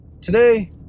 today